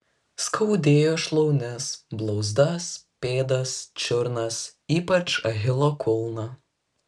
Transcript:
skaudėjo šlaunis blauzdas pėdas čiurnas ypač achilo kulną